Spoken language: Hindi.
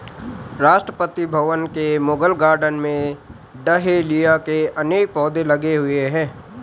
राष्ट्रपति भवन के मुगल गार्डन में डहेलिया के अनेक पौधे लगे हुए हैं